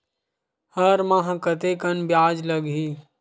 हर माह कतेकन ब्याज लगही?